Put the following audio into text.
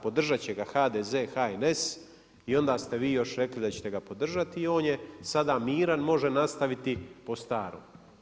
Podržat će ga HDZ, HNS i onda ste vi još rekli da ćete ga podržati i on je sada miran, može nastaviti po starom.